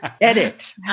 edit